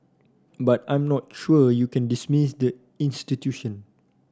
but I'm not sure you can dismiss the institution